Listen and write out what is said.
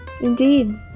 indeed